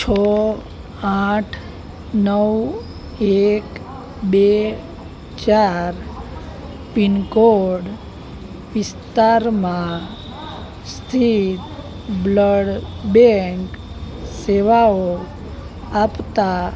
છ આઠ નવ એક બે ચાર પિનકોડ વિસ્તારમાં સ્થિત બ્લળ બેંક સેવાઓ આપતાં